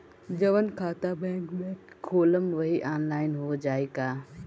जवन खाता बैंक में खोलम वही आनलाइन हो जाई का?